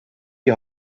die